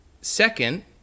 Second